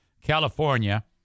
california